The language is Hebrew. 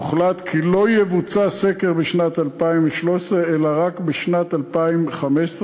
הוחלט כי לא יבוצע סקר בשנת 2013 אלא רק בשנת 2015,